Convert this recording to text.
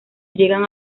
llegan